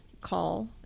call